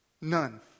None